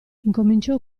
incominciò